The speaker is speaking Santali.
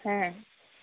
ᱦᱮᱸ